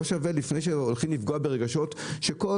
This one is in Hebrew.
לא שווה לפני שהולכים לפגוע ברגשות שכל